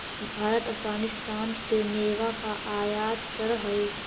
भारत अफगानिस्तान से मेवा का आयात करअ हई